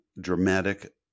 dramatic